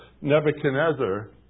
Nebuchadnezzar